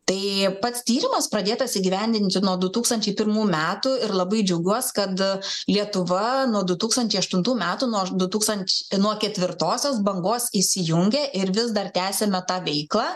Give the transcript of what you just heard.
tai pats tyrimas pradėtas įgyvendinti nuo du tūkstančiai pirmų metų ir labai džiaugiuos kad lietuva nuo du tūkstančiai aštuntų metų nu aš nuo du tūkstanč nuo ketvirtosios bangos įsijungė ir vis dar tęsiame tą veiklą